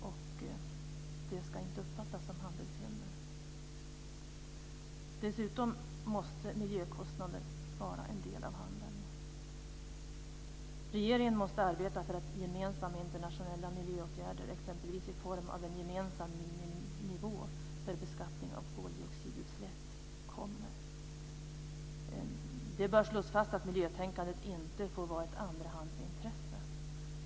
Det ska inte uppfattas som handelshinder. Dessutom måste miljökostnader vara en del av handeln. Regeringen måste arbeta för att gemensamma internationella miljöåtgärder, exempelvis i form av en gemensam miniminivå för beskattning av koldioxidutsläpp, kommer. Det bör slås fast att miljötänkandet inte får vara ett andrahandsintresse.